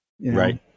Right